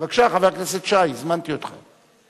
בבקשה, חבר הכנסת שי, הזמנתי אותך.